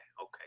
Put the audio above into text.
okay